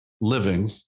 living